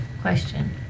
Question